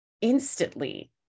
instantly